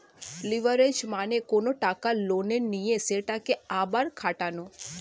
leverage মানে কোনো টাকা লোনে নিয়ে সেটাকে আবার খাটানো